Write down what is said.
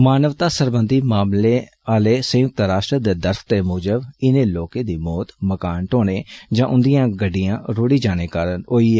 मानवता सरबंधी मामलें संयुक्त राश्ट्र दे दफ्तरै मूजब इनें लोकें दी मौत मकान ढोहने जां उंदियां गड्डियां रुडी जाने कारण होई ऐ